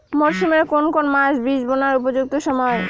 মরসুমের কোন কোন মাস বীজ বোনার উপযুক্ত সময়?